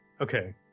Okay